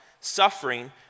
suffering